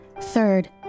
Third